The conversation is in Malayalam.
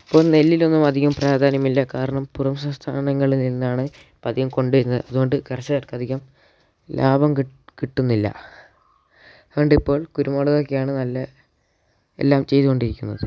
ഇപ്പോൾ നെല്ലിലൊന്നും അധികം പ്രാധാന്യമില്ല കാരണം പുറം സംസ്ഥാനങ്ങളിൽ നിന്നാണ് ഇപ്പം അധികം കൊണ്ടു വരുന്നത് അതുകൊണ്ട് കർഷകർക്ക് അധികം ലാഭം കിട്ടുന്നില്ല അതുകൊണ്ട് ഇപ്പോൾ കുരുമുളക് ഒക്കെയാണ് നല്ല എല്ലാം ചെയ്തു കൊണ്ടിരിക്കുന്നത്